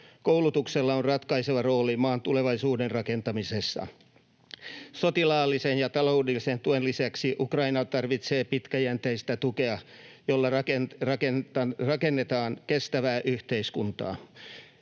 Koulutuksella on ratkaiseva rooli maan tulevaisuuden rakentamisessa. Sotilaallisen ja taloudellisen tuen lisäksi Ukraina tarvitsee pitkäjänteistä tukea, jolla rakennetaan kestävää yhteiskuntaa.